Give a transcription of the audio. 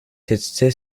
setzte